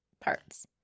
parts